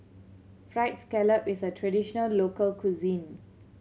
Fried Scallop is a traditional local cuisine